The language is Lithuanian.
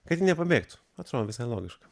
kad ji nepabėgtų atrodo visai logiška